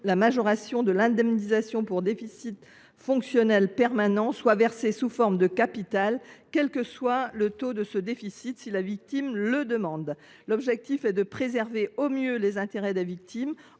la majoration de l’indemnisation pour déficit fonctionnel permanent sera versée sous forme de capital, quel que soit le taux de ce déficit, si la victime le demande. L’objectif est de préserver au mieux les intérêts des victimes,